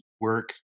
work